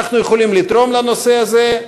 אנחנו יכולים לתרום לנושא הזה,